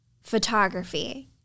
photography